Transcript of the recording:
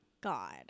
God